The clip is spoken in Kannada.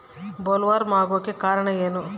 ಬೊಲ್ವರ್ಮ್ ಆಗೋಕೆ ಕಾರಣ ಏನು?